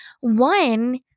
one